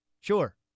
Sure